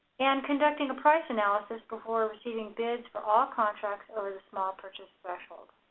and conducting a price analysis before receiving bids for all contracts and over the small purchase threshold